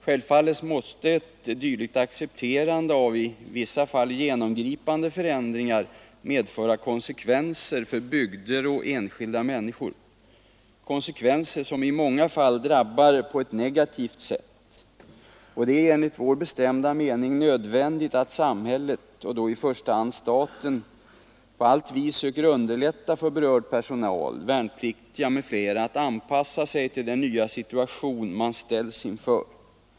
Självfallet måste ett dylikt accepterande av i vissa fall genomgripande förändringar medföra konsekvenser för bygder och enskilda människor — konsekvenser som i många fall drabbar på ett negativt sätt. Det är enligt vår bestämda mening nödvändigt att samhället — och då i första hand staten — på allt vis söker underlätta för berörd personal, värnpliktiga m.fl. att anpassa sig till den nya situation man ställs inför.